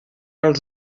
als